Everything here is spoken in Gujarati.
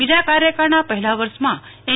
બીજા કાર્યકાળના પહેલા વર્ષમાં એન